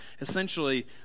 Essentially